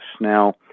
Now